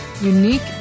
unique